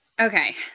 Okay